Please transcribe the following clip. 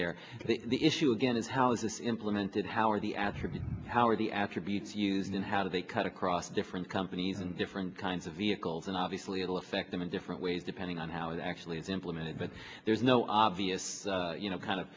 there the issue again is how is this implemented how are the attributes how are the attributes used and how do they cut across different companies and different kinds of vehicles and obviously it'll affect them in different ways depending on how it actually is implemented but there's no obvious you know kind of